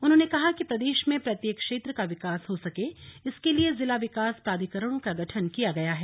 उन्होंने कहा कि प्रदेश में प्रत्येक क्षेत्र का विकास हो सके इसके लिए जिला विकास प्राधिकरणों का गठन किया गया है